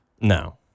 No